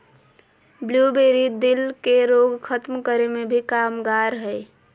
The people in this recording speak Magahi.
ब्लूबेरी, दिल के रोग खत्म करे मे भी कामगार हय